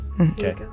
Okay